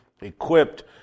equipped